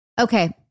Okay